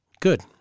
Good